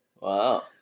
Wow